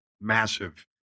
massive